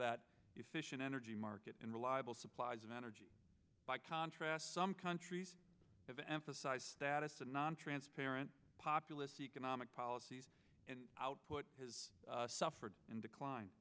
that efficient energy market and reliable supplies of energy by contrast some countries have emphasized status and nontransparent populist economic policies and output has suffered in decline